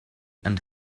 and